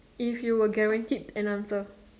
if you were guaranteed an answer